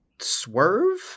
Swerve